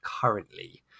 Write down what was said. currently